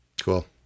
cool